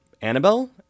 Annabelle